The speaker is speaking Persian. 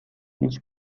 هیچ